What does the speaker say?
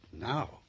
now